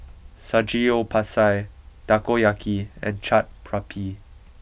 Samgeyopsal Takoyaki and Chaat Papri